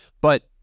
But-